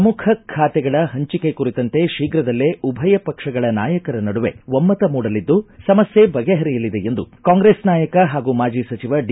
ಪ್ರಮುಖ ಖಾತೆಗಳ ಪಂಚಿಕೆ ಕುರಿತಂತೆ ಶೀಘ್ರದಲ್ಲೇ ಉಭಯ ಪಕ್ಷಗಳ ನಾಯಕರ ನಡುವೆ ಒಮ್ಮತ ಮೂಡಲಿದ್ದು ಸಮಸ್ಕೆ ಬಗೆಪರಿಯಲಿದೆ ಎಂದು ಕಾಂಗ್ರೆಸ್ ನಾಯಕ ಹಾಗೂ ಮಾಜಿ ಸಚಿವ ಡಿ